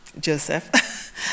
Joseph